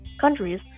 countries